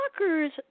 Rockers